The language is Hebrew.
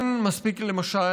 למשל,